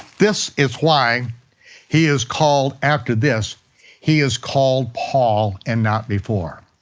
this is why he is called, after this he is called paul, and not before.